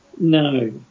no